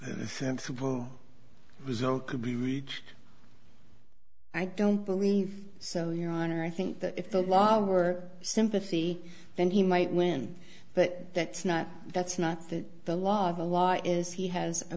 a sensible result could be reached i don't believe so your honor i think that if the law were sympathy then he might win but that's not that's not that the law of the law is he has a